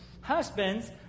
husbands